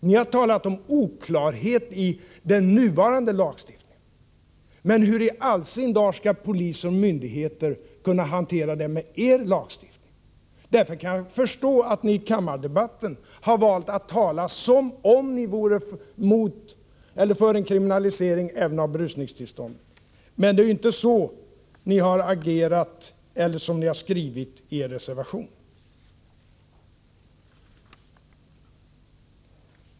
Ni har talat om oklarhet i den nuvarande lagstiftningen, men hur i all sin dar skall polis och myndigheter hantera detta med er lagstiftning? Jag kan förstå att ni i kammardebatten har valt att tala som om ni vore för en kriminalisering även av berusningstillstånd. Men det har ni alltså inte skrivit i er reservation.